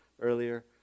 earlier